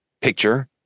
picture